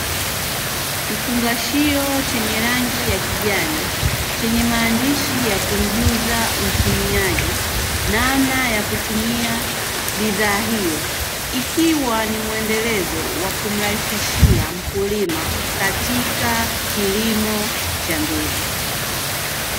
Kifungashio chenye rangi ya kijani chenye maandishi ya kumjuza mtumiaji namna ya kutumia bidhaa hiyo, ikiwa ni muendelezo wa kumrahisishia mkulima katika kilimo cha mbegu.